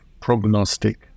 prognostic